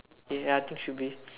ya think should be